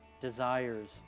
desires